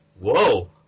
Whoa